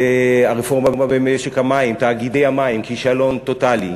הרפורמה במשק המים, תאגידי המים, כישלון טוטלי,